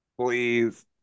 Please